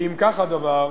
ואם כך הדבר,